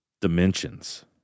dimensions